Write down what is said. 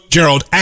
Gerald